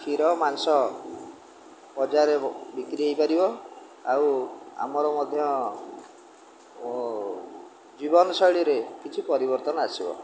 କ୍ଷୀର ମାଂସ ବଜାରରେ ବିକ୍ରି ହେଇପାରିବ ଆଉ ଆମର ମଧ୍ୟ ଜୀବନଶୈଳୀରେ କିଛି ପରିବର୍ତ୍ତନ ଆସିବ